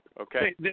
Okay